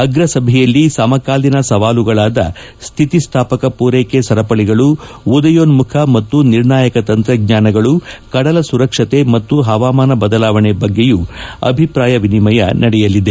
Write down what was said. ಅಗ್ರಸಭೆಯಲ್ಲಿ ಸಮಕಾಲೀನ ಸವಾಲುಗಳಾದ ಶ್ವಿತಿಸ್ವಾಪಕ ಪೂರೈಕೆ ಸರಪಳಿಗಳು ಉದಯೋನ್ನುಖ ಮತ್ತು ನಿರ್ಣಾಯಕ ತಂತ್ರಜ್ಞಾನಗಳು ಕಡಲ ಸುರಕ್ಷತೆ ಮತ್ತು ಹವಾಮಾನ ಬದಲಾವಣೆಯ ಬಗ್ಗೆಯೂ ಅಭಿಪ್ರಾಯಗಳನ್ನು ವಿನಿಮಯ ನಡೆಯಲಿದೆ